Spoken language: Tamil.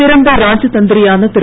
சிறந்த ராஜ தந்திரியான திரு